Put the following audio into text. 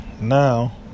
now